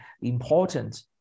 important